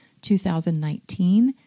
2019